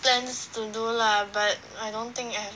plans to do lah but I don't think I